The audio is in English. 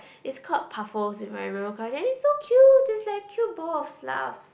it's called puffles if I remember correct then it's so cute there is like cute ball of fluffs